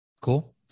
Cool